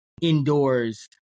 indoors